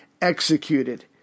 executed